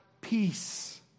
peace